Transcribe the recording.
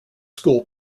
school